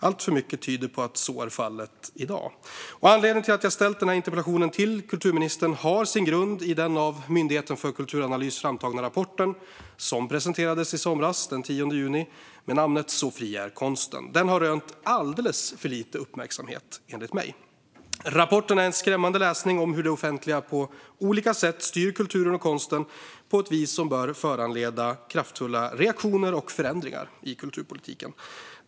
Alltför mycket tyder på att så är fallet i dag.. Den har rönt alldeles för lite uppmärksamhet, enligt mig. Rapporten är skrämmande läsning av hur det offentliga på olika sätt styr kulturen och konsten, på ett vis som bör föranleda kraftfulla reaktioner och förändringar i kulturpolitiken.